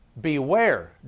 beware